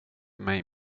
mig